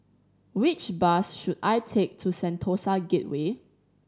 which bus should I take to Sentosa Gateway